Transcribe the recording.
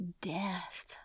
death